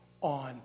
on